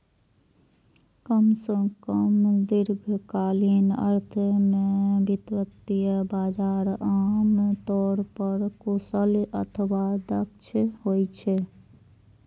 कम सं कम दीर्घकालीन अर्थ मे वित्तीय बाजार आम तौर पर कुशल अथवा दक्ष होइ छै